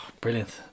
brilliant